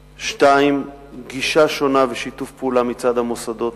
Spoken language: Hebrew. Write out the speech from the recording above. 2. גישה שונה ושיתוף פעולה מצד המוסדות.